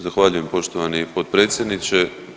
Zahvaljujem poštovani potpredsjedniče.